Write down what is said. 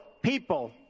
people